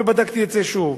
ובדקתי את זה שוב,